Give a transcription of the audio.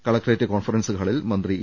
collectorate conference ഹാളിൽ മന്ത്രി E